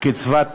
קצבת זיקנה,